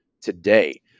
today